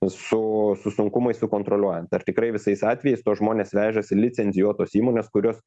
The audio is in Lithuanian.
su su sunkumais sukontroliuojant ar tikrai visais atvejais tuos žmones vežasi licencijuotos įmonės kurios